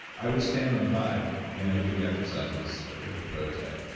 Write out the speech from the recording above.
i would stand on the vibe and i would do the exercises with the prototype.